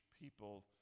people